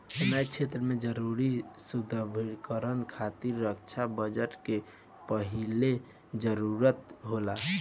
सैन्य क्षेत्र में जरूरी सुदृढ़ीकरन खातिर रक्षा बजट के पहिले जरूरत होला